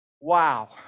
Wow